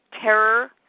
terror